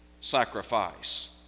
sacrifice